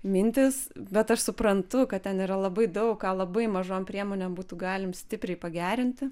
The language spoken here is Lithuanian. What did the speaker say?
mintys bet aš suprantu kad ten yra labai daug ką labai mažom priemonėm būtų galim stipriai pagerinti